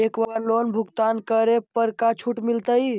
एक बार लोन भुगतान करे पर का छुट मिल तइ?